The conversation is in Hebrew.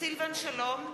סילבן שלום,